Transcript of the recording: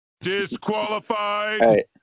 Disqualified